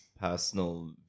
personal